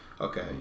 okay